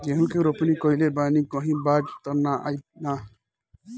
गेहूं के रोपनी कईले बानी कहीं बाढ़ त ना आई ना?